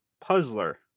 puzzler